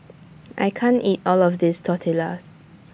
I can't eat All of This Tortillas